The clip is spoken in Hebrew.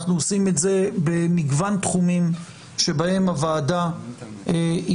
אנחנו עושים את זה במגוון תחומים שבהם הוועדה היא